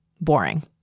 boring